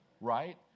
right